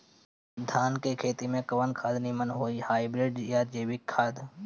धान के खेती में कवन खाद नीमन होई हाइब्रिड या जैविक खाद?